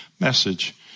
Message